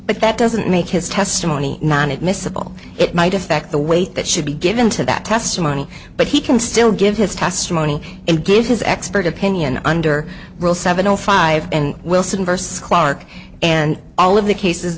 but that doesn't make his testimony not admissible it might affect the weight that should be given to that testimony but he can still give his testimony and give his expert opinion under rule seven o five and wilson versus clarke and all of the cases